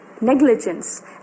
negligence